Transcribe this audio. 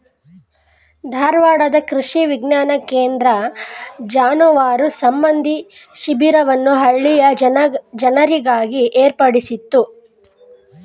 ಧಾರವಾಡ ಕೃಷಿ ವಿಜ್ಞಾನ ಕೇಂದ್ರ ಜಾನುವಾರು ಸಂಬಂಧಿ ಶಿಬಿರವನ್ನು ಹಳ್ಳಿಯ ಜನರಿಗಾಗಿ ಏರ್ಪಡಿಸಿತ್ತು